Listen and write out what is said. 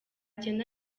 cyenda